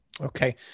okay